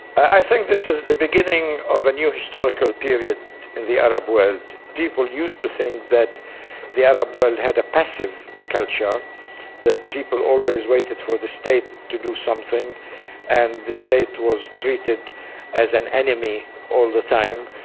i think this is the beginning of a new historical period in the arab world. people used to think that the arab world had a passive culture that people always waited for the state to do something and the state was treated as an enemy all the time.